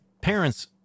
parents